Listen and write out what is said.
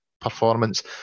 performance